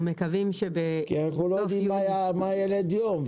אנחנו לא יודעים מה ילד יום,